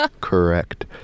Correct